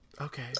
okay